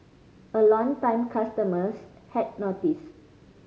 and longtime customers had noticed